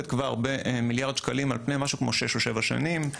כבר במיליארד שקלים על פני כ-6 או 7 שנים,